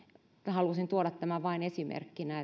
halusin tuoda tämän vain esimerkkinä